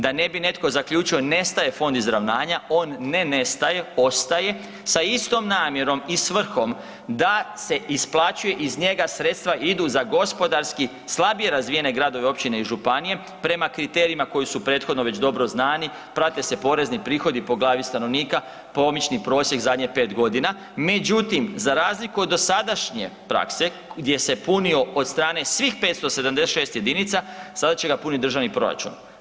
Da ne bi netko zaključio nestaje Fond izravnanja, on ne nestaje, ostaje sa istom namjerom i svrhom da se isplaćuje, iz njega sredstva idu za gospodarski slabije razvijene gradove, općine i županije prema kriterijima koji su prethodno već dobro znani, prate se porezni prihodi po glavi stanovnika, pomični prosjek zadnje 5.g. Međutim, za razliku od dosadašnje prakse gdje se je punio od strane svih 576 jedinica, sada će ga puniti državni proračun.